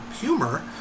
humor